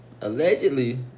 allegedly